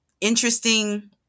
interesting